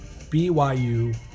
BYU